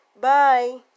Bye